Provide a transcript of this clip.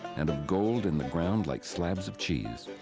and of gold in the ground like slabs of cheese.